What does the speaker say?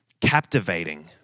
captivating